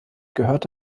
gehört